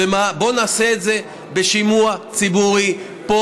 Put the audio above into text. בוא נעשה את זה בשימוע ציבורי פה,